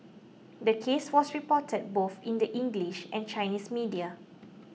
the case was reported both in the English and Chinese media